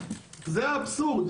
זה האבסורד,